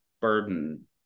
burden